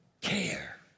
care